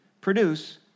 produce